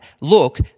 Look